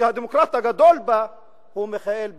שהדמוקרט הגדול בה הוא מיכאל בן-ארי.